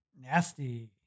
Nasty